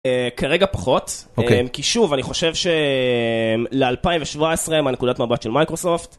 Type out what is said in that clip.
כרגע פחות, כי שוב, אני חושב של2017, מהנקודת מבט של מייקרוסופט.